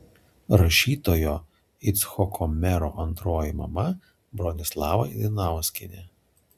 rašytojo icchoko mero antroji mama bronislava dainauskienė